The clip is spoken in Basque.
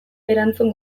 erantzun